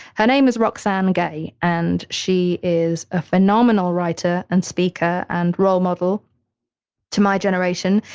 her name is roxane gay and she is a phenomenal writer and speaker and role model to my generation,